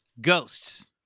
Ghosts